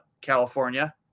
California